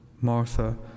Martha